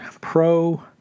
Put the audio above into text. pro